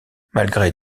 malgré